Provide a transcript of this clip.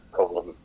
problem